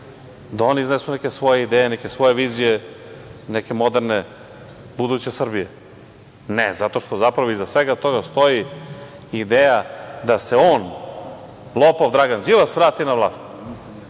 da oni iznesu neke svoje ideje, neke svoje vizije, neke moderne buduće Srbije? Ne, zato što, zapravo iza svega toga stoji ideja da se on, lopov Dragan Đilas vrati na vlast. Pa,